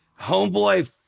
Homeboy